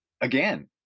again